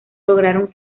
lograron